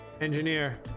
Engineer